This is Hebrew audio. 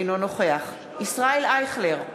אינו נוכח ישראל אייכלר,